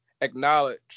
acknowledge